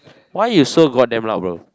why you so god damn loud bro